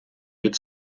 від